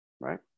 right